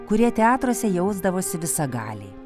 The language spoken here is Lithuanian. kurie teatruose jausdavosi visagaliai